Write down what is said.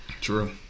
True